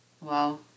Wow